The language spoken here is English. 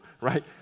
right